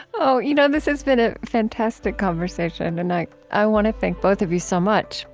so you know this has been a fantastic conversation, and i i want to thank both of you so much.